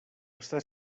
està